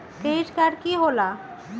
Credit card की होला?